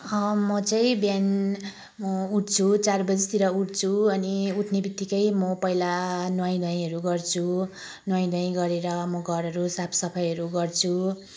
म चाहिँ बिहान म उठछु चार बजीतिर उठछु अनि उठने बित्तिकै म पहिला नुहाई धुवाईहरू गर्छु नुहाई धुवाई गरेर म घरहरू साफ सफाईहरू गर्छु